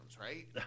right